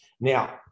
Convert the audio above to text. Now